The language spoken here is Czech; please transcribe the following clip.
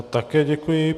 Také děkuji.